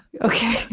Okay